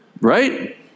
right